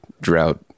drought